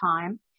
time